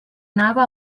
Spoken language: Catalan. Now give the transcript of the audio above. anava